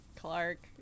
Clark